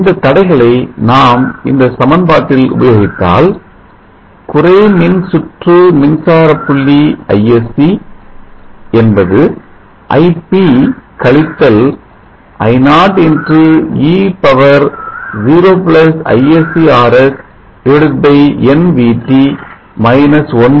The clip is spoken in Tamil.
இந்த தடைகளை நாம் இந்த சமன் பாட்டில் உபயோகித்தால் குறை மின்சுற்று மின்சார புள்ளி Isc என்பது ip கழித்தல் I0 e0Isc Rs nVT 1